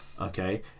Okay